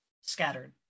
scattered